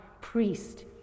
priest